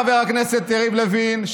חבר הכנסת יריב לוין,